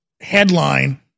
headline